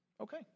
Okay